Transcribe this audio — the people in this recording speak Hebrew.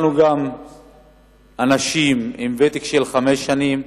אנשים גם עם ותק של חמש שנים,